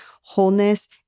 wholeness